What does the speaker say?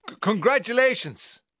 Congratulations